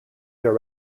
their